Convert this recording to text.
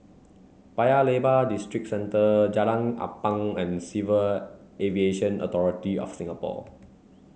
Paya Lebar Districentre Jalan Ampang and Civil Aviation Authority of Singapore